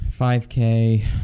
5k